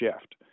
shift